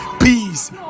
Peace